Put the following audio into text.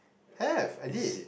have I did